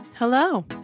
Hello